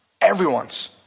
Everyone's